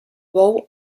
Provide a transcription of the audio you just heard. bou